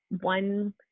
one